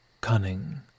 cunning